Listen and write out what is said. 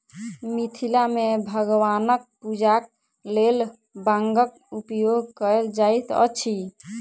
मिथिला मे भगवानक पूजाक लेल बांगक उपयोग कयल जाइत अछि